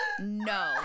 no